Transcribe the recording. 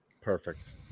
Perfect